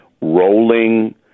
rolling